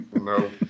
No